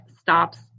stops